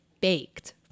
baked